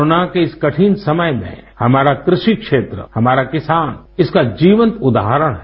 corona के इस कठिन समय में हमारा कृषि क्षेत्र हमारा किसान इसका जीवंत उदाहरण हैं